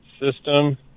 System